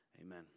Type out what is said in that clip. Amen